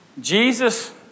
Jesus